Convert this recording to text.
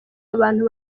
abantu